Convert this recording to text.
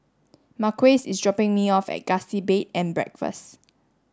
Marques is dropping me off at Gusti Bed and Breakfast